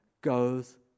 goes